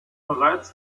bereits